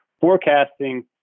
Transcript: forecasting